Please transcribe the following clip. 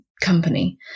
company